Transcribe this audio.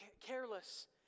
careless